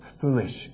foolish